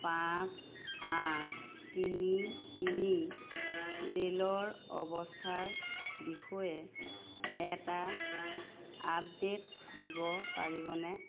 পাঁচ আঠ তিনি তিনি ৰে'লৰ অৱস্থাৰ বিষয়ে এটা আপডেট দিব পাৰিবনে